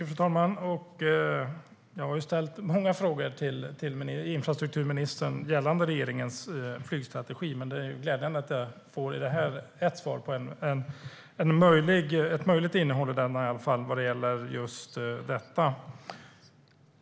Fru talman! Jag har ställt många frågor till infrastrukturministern gällande regeringens flygstrategi. Det är glädjande att jag här får ett svar om ett möjligt innehåll i den, i alla fall vad gäller just detta.